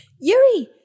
Yuri